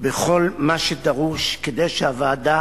בכל מה שדרוש כדי שהוועדה